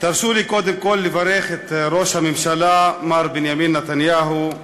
תרשו לי קודם כול לברך את ראש הממשלה מר בנימין נתניהו,